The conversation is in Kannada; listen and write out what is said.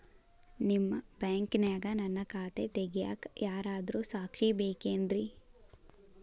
ನಿಮ್ಮ ಬ್ಯಾಂಕಿನ್ಯಾಗ ನನ್ನ ಖಾತೆ ತೆಗೆಯಾಕ್ ಯಾರಾದ್ರೂ ಸಾಕ್ಷಿ ಬೇಕೇನ್ರಿ?